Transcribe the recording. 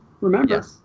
remember